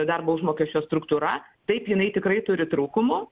darbo užmokesčio struktūra taip jinai tikrai turi trūkumų